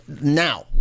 now